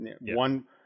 One